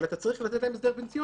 אבל אתה צריך לתת להם הסדר פנסיוני.